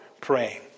praying